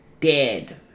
dead